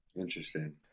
Interesting